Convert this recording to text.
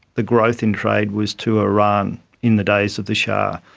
the growth in trade was to iran in the days of the shah.